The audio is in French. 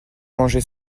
manger